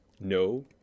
No